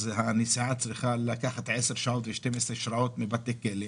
הנסיעה צריכה לקחת עשר שעות ו-12 שעות מבתי כלא,